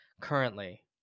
currently